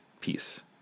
peace